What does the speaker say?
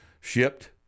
shipped